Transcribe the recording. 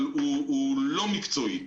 אבל הוא לא מקצועי.